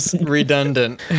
redundant